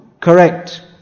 Correct